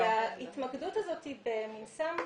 ההתמקדות בסם עלום,